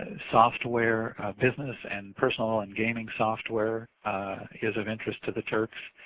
software business, and personal and gaming software is of interest to the turks,